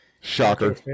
Shocker